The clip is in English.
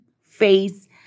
face